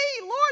Lord